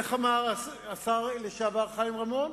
איך אמר השר לשעבר חיים רמון?